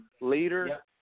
leader